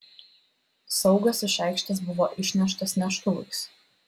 saugas iš aikštės buvo išneštas neštuvais